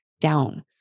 down